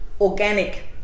organic